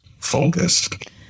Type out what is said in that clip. focused